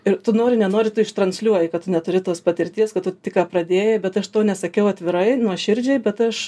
ir tu nori nenori tu ištransliuoji kad tu neturi tos patirties kad tu tik ką pradėjai bet aš to nesakiau atvirai nuoširdžiai bet aš